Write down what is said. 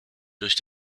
durch